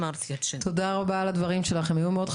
אמרת לנו שכל אותם בגירים שנולדו לאימהות